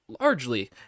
Largely